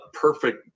Perfect